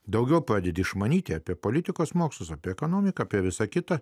daugiau pradedi išmanyti apie politikos mokslus apie ekonomiką apie visa kita